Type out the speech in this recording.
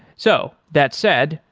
so that said,